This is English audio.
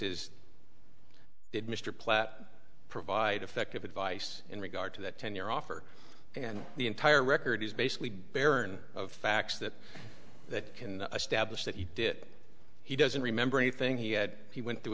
platt provide effective advice in regard to that ten year offer and the entire record is basically barren of facts that that can establish that he did he doesn't remember anything he had he went through